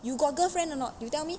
you got girlfriend or not you tell me